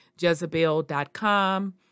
Jezebel.com